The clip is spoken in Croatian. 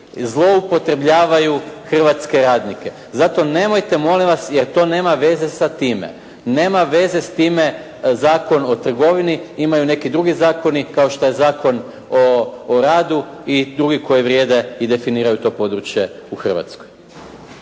zloupotrebljavaju hrvatske radnike. Zato nemojte molim vas jer to nema veze sa time. Nema veze s time Zakon o trgovini. Imaju neki drugi zakoni kao što je Zakon o radu i drugi koji vrijede i definiraju to područje u Hrvatskoj.